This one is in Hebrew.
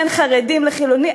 בין חרדים לחילונים,